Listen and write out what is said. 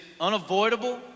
unavoidable